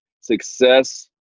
success